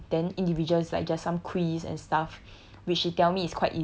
thirty or forty percent then individuals is like just some quiz and stuff